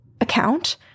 account